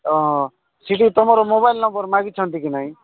ହଁ ସେଠି ତୁମର ମୋବାଇଲ ନମ୍ବର ମାଗିଛନ୍ତି କି ନାଇଁ